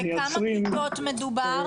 בכמה כיתות מדובר